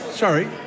Sorry